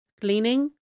Cleaning